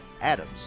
Adams